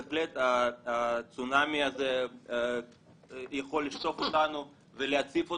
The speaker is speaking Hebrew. בהחלט הצונמי הזה יכול לסחוף אותנו ולהציף אותנו,